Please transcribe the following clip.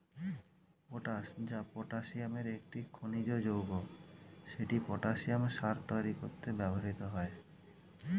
potash, যা পটাসিয়ামের একটি খনিজ যৌগ, সেটি পটাসিয়াম সার তৈরি করতে ব্যবহৃত হয়